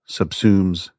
subsumes